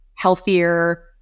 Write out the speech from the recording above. healthier